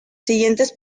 siguientes